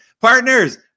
partners